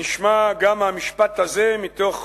נשמע גם המשפט הזה מתוך